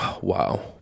Wow